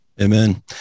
Amen